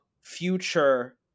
future